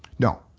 no.